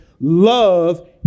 love